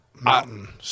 Mountain